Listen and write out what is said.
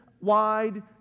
wide